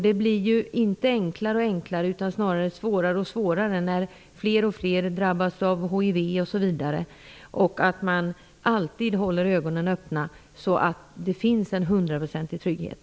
Det blir ju inte enklare och enklare utan snarare svårare och svårare, när fler och fler drabbas av hiv osv., och man måste alltid hålla ögonen öppna så att det finns en hundraprocentig trygghet.